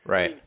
Right